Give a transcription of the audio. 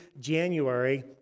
January